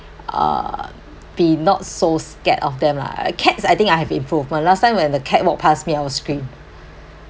uh be not so scared of them lah cats I think I have improvement last time when the cat walk pass me I will scream